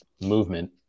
movement